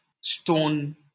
stone